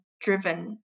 driven